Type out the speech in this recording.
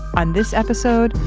on this episode,